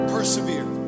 Persevere